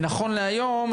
נכון להיום,